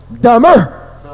dumber